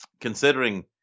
considering